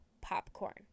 Popcorn